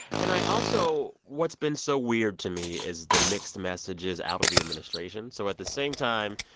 and i also what's been so weird to me is the mixed messages out of the administration. so at the same time